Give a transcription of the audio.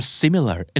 similar